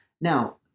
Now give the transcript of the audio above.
Now